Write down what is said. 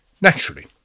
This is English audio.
Naturally